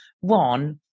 One